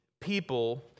people